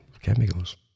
Chemicals